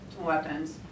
weapons